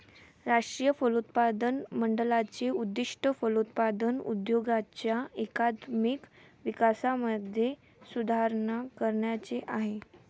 राष्ट्रीय फलोत्पादन मंडळाचे उद्दिष्ट फलोत्पादन उद्योगाच्या एकात्मिक विकासामध्ये सुधारणा करण्याचे आहे